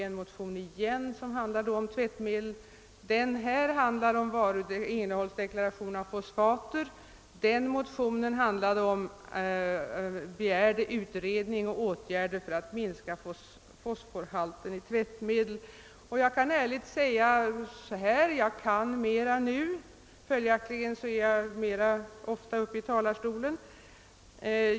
Den nu behandlade motionen handlar om innehållsdeklaration av fosfater, medan det i den tidigare motio nen begärdes utredning om åtgärder för att minska fosforhalten i tvättmedel. Jag skall ärligt säga att jag kan mer nu än 1 våras, och följaktligen är jag mer ofta uppe i talarstolen.